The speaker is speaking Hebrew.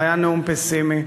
הוא היה נאום פסימי,